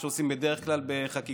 מה שעושים בדרך כלל בחקיקה,